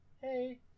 Hey